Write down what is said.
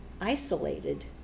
isolated